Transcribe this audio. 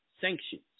sanctions